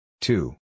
two